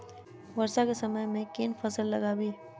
वर्षा केँ समय मे केँ फसल लगाबी?